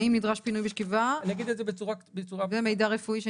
האם נדרש פינוי בשכיבה ומידע רפואי שנדרש.